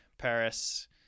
paris